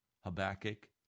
Habakkuk